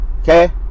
Okay